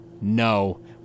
no